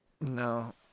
No